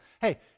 Hey